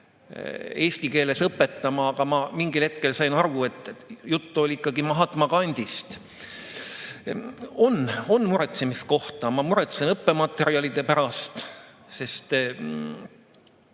eesti keeles õpetama, aga ma mingil hetkel sain aru, et jutt oli ikkagi Mahatma Gandhist. On muretsemise kohta. Ma muretsen õppematerjalide pärast,